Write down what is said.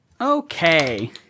Okay